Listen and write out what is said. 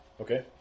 Okay